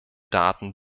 daten